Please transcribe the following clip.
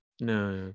no